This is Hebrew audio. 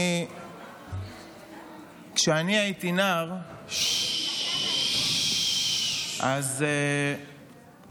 כשאני הייתי נער יצא